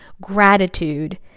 gratitude